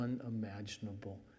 unimaginable